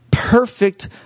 perfect